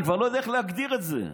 אני כבר לא יודע איך להגדיר את זה,